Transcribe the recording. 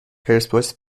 پرسپولیس